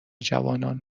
جوانان